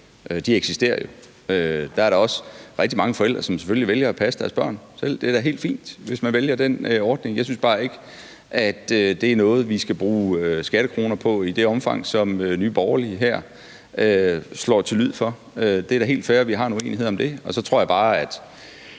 de eksisterer jo. Der er da selvfølgelig også rigtig mange forældre, som vælger at passe deres børn selv, og det er da helt fint, hvis man vælger den ordning, men jeg synes bare ikke, at det er noget, vi skal bruge skattekroner på i det omfang, som Nye Borgerlige her slår til lyd for. Det er da helt fair, at vi har en uenighed om det. Så tror jeg bare, at